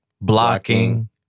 blocking